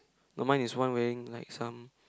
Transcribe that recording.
no mine is one wearing like some